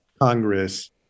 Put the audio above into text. Congress